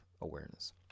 awareness